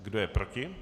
Kdo je proti?